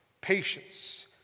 patience